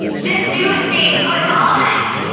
this do is staying put all night!